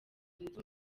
zunze